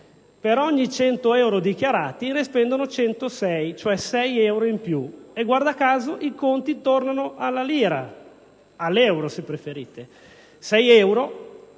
per ogni 100 euro dichiarati, ne spendono 106, cioè 6 euro in più. Guarda caso i conti tornano alla lira o, se preferite, all'euro: